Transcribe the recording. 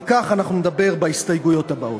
על כך אנחנו נדבר בהסתייגויות הבאות.